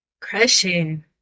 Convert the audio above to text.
Crushing